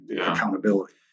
accountability